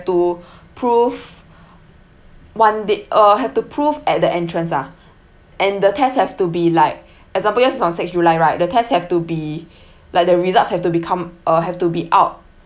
to prove one did uh have to prove at the entrance ah and the test have to be like example yours is on six july right the test have to be like the results have to become uh have to be out